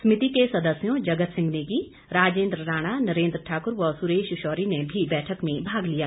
समिति के सदस्यों जगत सिंह नेगी राजेन्द्र राणा नरेन्द्र ठाक्र व सुरेश शौरी ने भी बैठक में भाग लिया